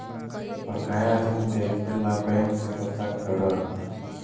बकाया ऋण देखे ला बैंक से पता करअ